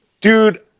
Dude